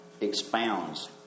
expounds